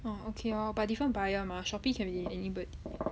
orh okay lor but different buyer mah shopee can be anybody